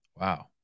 Wow